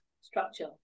structure